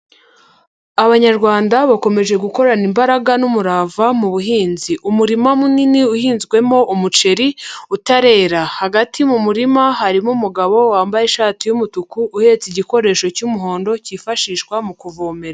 Abanyarwanda bakomeje gukorana imbaraga n'umurava mu buhinzi, umurima munini uhinzwemo umuceri utarera, hagati mu murima harimo umugabo wambaye ishati y'umutuku ,uhetse igikoresho cy'umuhondo cyifashishwa mu kuvomera.